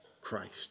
Christ